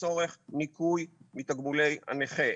לצורך ניכוי מתגמולי הנכה,